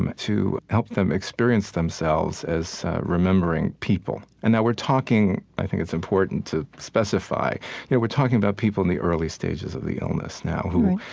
um to help them experience themselves as remembering people. and that we're talking i think it's important to specify yeah we're talking about people in the early stages of the illness now, right,